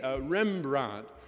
Rembrandt